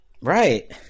Right